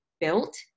built